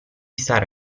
stare